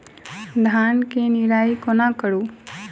धान केँ निराई कोना करु?